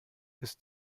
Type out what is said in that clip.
ist